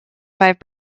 five